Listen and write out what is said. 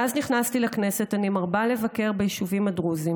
מאז נכנסתי לכנסת אני מרבה לבקר ביישובים הדרוזיים